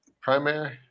primary